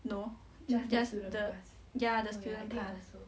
no just the ya the student pass